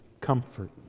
comfort